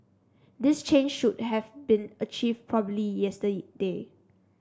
this change should have been achieved probably yesterday